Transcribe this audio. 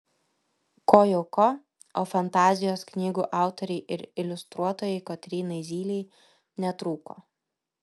ko jau ko o fantazijos knygų autorei ir iliustruotojai kotrynai zylei netrūko